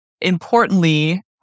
importantly